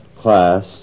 class